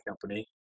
company